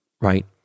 right